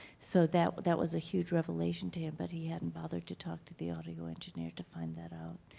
so that that was a huge revelation to him. but he hadn't bothered to talk to the audio engineer to find that out.